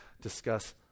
discuss